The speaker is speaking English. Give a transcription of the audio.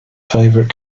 favorite